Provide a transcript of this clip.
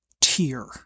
tier